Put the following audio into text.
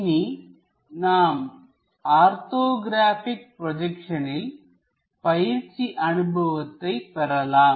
இனி நாம் ஆர்த்தோகிராபிக் ப்ரோஜெக்சனில் பயிற்சி அனுபவத்தை பெறலாம்